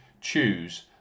choose